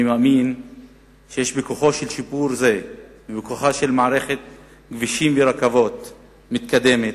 אני מאמין שיש בשיפור זה ובכוחה של מערכת כבישים ורכבות מתקדמת